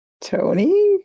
Tony